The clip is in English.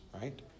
right